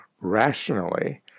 rationally